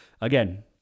again